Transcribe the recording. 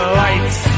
lights